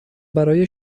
برای